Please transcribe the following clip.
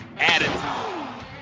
attitude